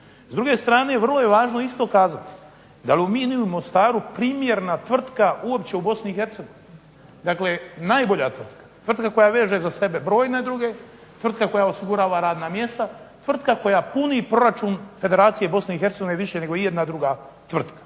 S druge strane isto je važno kazati da Aluminij u Mostaru primjerna tvrtka uopće u Bosni i Hercegovini, dakle najbolja tvrtka, tvrtka koja veže za sebe brojne druge, tvrtka koja osigurava radna mjesta, tvrtka koja puni proračun Federacije Bosne i Hercegovine nego ijedna druga tvrtka.